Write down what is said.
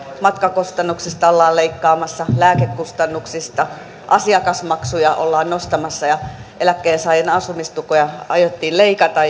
matkakustannuksista ollaan leikkaamassa lääkekustannuksista asiakasmaksuja ollaan nostamassa ja eläkkeensaajien asumistukea aiottiin leikata